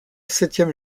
septième